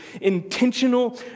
intentional